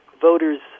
voters